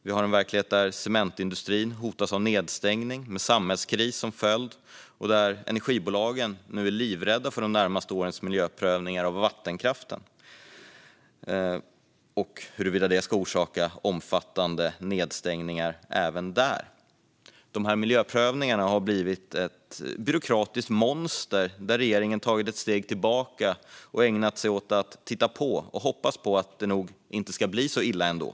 Vi har en verklighet där cementindustrin hotas av nedstängning, med samhällskris som följd, och där energibolagen nu är livrädda för de närmaste årens miljöprövningar av vattenkraftverken och för att de ska orsaka omfattande nedstängningar även där. Miljöprövningarna har blivit ett byråkratiskt monster. Regeringen har tagit ett steg tillbaka och ägnat sig åt att titta på och hoppas att det nog inte ska bli så illa ändå.